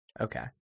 Okay